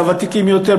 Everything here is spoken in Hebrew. לוותיקים יותר,